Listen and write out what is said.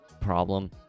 problem